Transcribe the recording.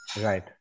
Right